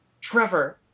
Trevor